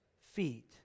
feet